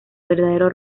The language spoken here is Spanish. verdadero